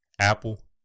Apple